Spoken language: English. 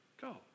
Go